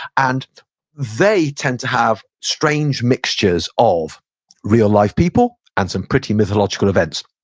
and they tend to have strange mixtures of real-life people and some pretty mythological events.